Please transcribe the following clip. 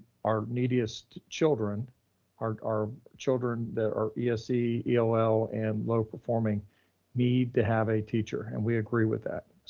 our neediest children are our children that are yeah ese, ell ell and low performing need to have a teacher. and we agree with that.